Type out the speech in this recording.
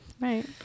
Right